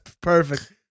Perfect